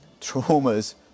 traumas